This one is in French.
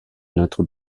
notre